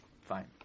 Fine